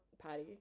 patty